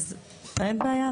אין בעיה.